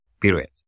period